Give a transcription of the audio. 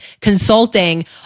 consulting